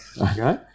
Okay